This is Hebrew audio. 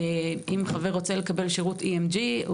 אם חבר רוצה לקבל שירות EMG (אלקטרומיוגרפיה) הוא